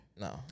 No